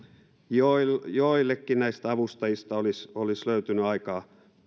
joillekin näistä avustajista olisi olisi löytynyt aikaa